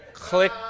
click